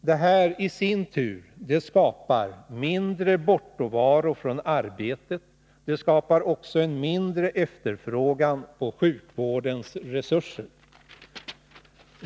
Det här medför i sin tur mindre bortovaro från arbetet. Det medför också en mindre efterfrågan på sjukvårdens resurser.